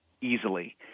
easily